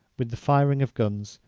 with the firing of guns,